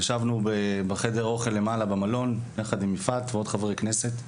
ישבנו בחדר האוכל למעלה במלון ביחד עם יפעת ועוד חברי כנסת,